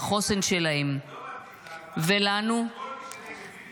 בחוסן שלהם -- כל מי שנגד ביבי הוא שומר סף.